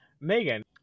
Megan